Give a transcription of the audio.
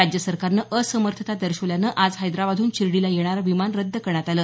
राज्यसरकारने असमर्थता दर्शवल्याने आज हैदराबादहून शिर्डीला येणारं विमान रद्द करण्यात आलं